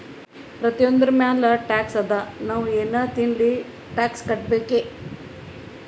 ಪ್ರತಿಯೊಂದ್ರ ಮ್ಯಾಲ ಟ್ಯಾಕ್ಸ್ ಅದಾ, ನಾವ್ ಎನ್ ತಗೊಲ್ಲಿ ತಿನ್ಲಿ ಟ್ಯಾಕ್ಸ್ ಕಟ್ಬೇಕೆ